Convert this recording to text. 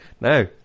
No